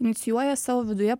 inicijuoja savo viduje